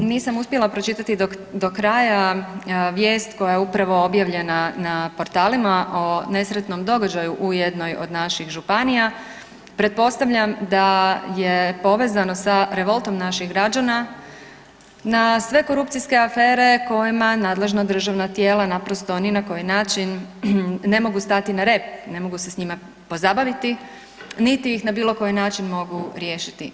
Nisam uspjela pročitati do kraja vijest koja je upravo objavljena na portalima o nesretnom događaju u jednoj od naših županija, pretpostavljam da je povezano sa revoltom naših građana na sve korupcijske afere kojima nadležna državna tijela naprosto ni na koji način ne mogu stati na rep, ne mogu se s njima pozabaviti niti ih na bilo koji način mogu riješiti.